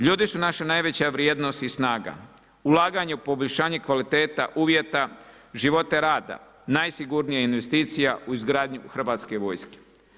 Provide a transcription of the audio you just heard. Ljudi su naša najveća vrijednost i snaga, ulaganje u poboljšanje kvalitetu uvjeta života rada najsigurnija je investicija u izgradnju hrvatske vojske.